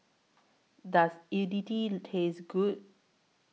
Does Idili Taste Good